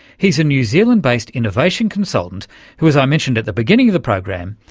he's a new zealand-based innovation consultant who, as i mentioned at the beginning of the program,